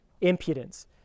Impudence